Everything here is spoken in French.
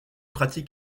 pratique